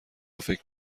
فکر